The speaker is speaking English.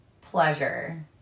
pleasure